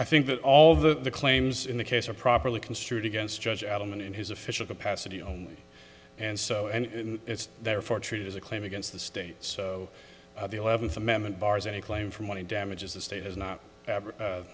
i think that all the claims in the case are properly construed against judge adelman and his official capacity only and so and it's therefore treated as a claim against the states of the eleventh amendment bars any claim for money damages the state has not